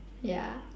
ya